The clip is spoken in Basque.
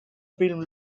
film